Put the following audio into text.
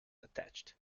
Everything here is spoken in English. attached